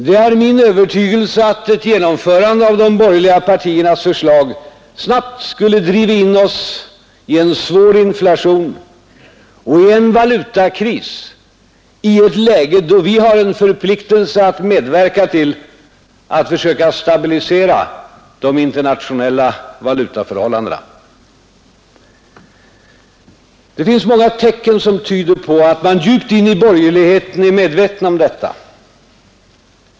Det är min övertygelse att ett genomförande av de borgerliga partiernas förslag snabbt skulle driva in oss i en svår inflation och valutakris i ett läge då vi har en förpliktelse att medverka till att försöka stabilisera de internationella valutaförhållandena. Många tecken tyder på att man djupt inne i borgerligheten är medveten om detta.